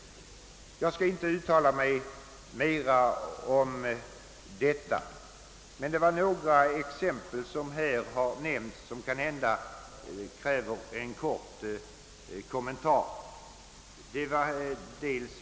Jag skall inte uttala mig mera om detta. Några exempel som nämnts kräver kanske en kortfattad kommentar.